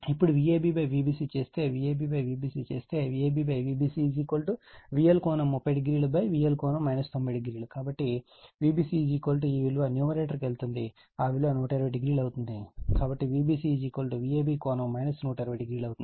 ఇప్పుడు Vab Vbc చేస్తే Vab Vbc చేస్తే VabVbcVL300VL 900 కాబట్టి Vbc ఈ విలువ న్యూమరేటర్ కి వెళుతుంది ఆ విలువ 120o అవుతుంది కాబట్టి Vbc Vab ∠ 120o అవుతుంది